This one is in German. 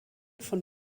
von